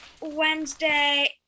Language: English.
Wednesday